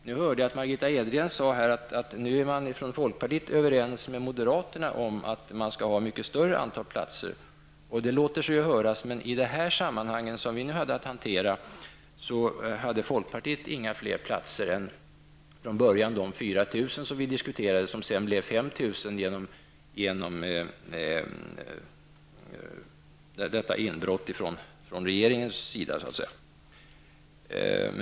Nu hörde jag Margitta Edgren säga att folkpartiet numera är överens med moderaterna om ett mycket större antal platser, och det låter sig ju höras, men i det sammanhang som vi hade att hantera hade folkpartiet inga fler platser än de 4 000 som vi diskuterade från början och som sedan blev 5 000, så att säga till följd av inhoppet från regeringens sida.